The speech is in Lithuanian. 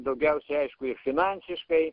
daugiausia aišku ir finansiškai